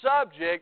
subject